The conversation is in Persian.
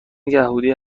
یهودی